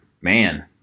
man